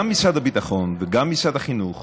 גם משרד הביטחון וגם משרד החינוך